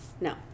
No